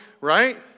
right